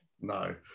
No